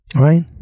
Right